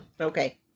Okay